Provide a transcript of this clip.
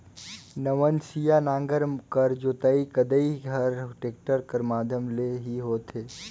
नवनसिया नांगर कर जोतई फदई हर टेक्टर कर माध्यम ले ही होथे